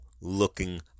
looking